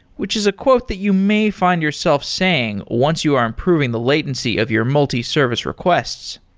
which is a quote that you may find yourself saying once you are improving the latency of your multi-service requests